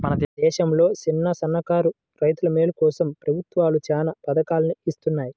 మన దేశంలో చిన్నసన్నకారు రైతుల మేలు కోసం ప్రభుత్వాలు చానా పథకాల్ని ఇత్తన్నాయి